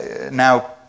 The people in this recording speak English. Now